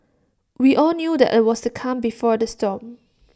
we all knew that IT was the calm before the storm